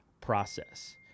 process